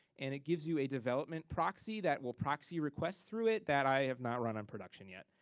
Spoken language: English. and it gives you a development proxy that will proxy request through it that i have not run on production yet.